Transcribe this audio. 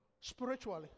Spiritually